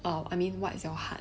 um I mean what's your heart